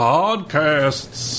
podcasts